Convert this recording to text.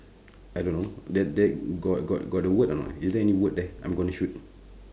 I don't know there there got got got the word or not is there any word there I'm gonna shoot